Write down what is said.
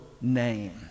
name